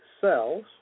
cells